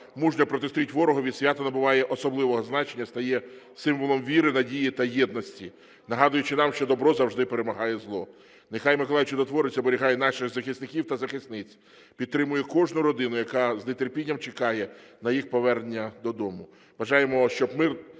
мужньо протистоїть ворогу, свято набуває особливого значення, стає символом віри, надії та єдності, нагадуючи нам, що добро завжди перемагає зло. Нехай Миколай Чудотворець оберігає наших захисників та захисниць, підтримує кожну родину, яка з нетерпінням чекає на їх повернення додому. Бажаємо, щоб мир